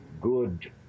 good